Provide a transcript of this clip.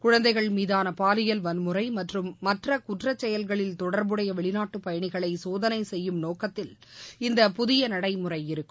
குழந்தைகள் மீதாள பாலியல் வன்முறை மற்றும் மற்ற குற்றச்செயல்களில் தொடர்புடைய வெளிநாட்டு பயணிகளை சோதனை செய்யும் நோக்கத்தில் இந்த புதிய நடைமுறை இருக்கும்